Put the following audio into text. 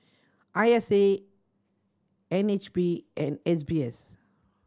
I S A N H B and S B S